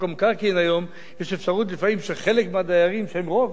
המקרקעין היום יש אפשרות לפעמים שחלק מהדיירים שהם רוב